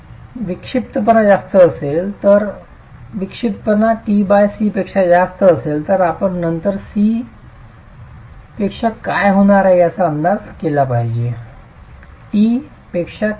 विक्षिप्तपणा जास्त असेल तर जर विक्षिप्तपणा t 6 पेक्षा जास्त असेल तर आपण नंतर C पेक्षा काय होणार आहे याचा अंदाज केला पाहिजे जे t पेक्षा कमी आहे